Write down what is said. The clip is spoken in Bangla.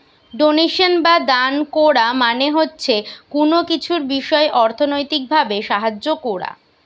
ডোনেশন বা দান কোরা মানে হচ্ছে কুনো কিছুর বিষয় অর্থনৈতিক ভাবে সাহায্য কোরা